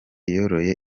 yoroye